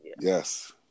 Yes